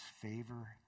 favor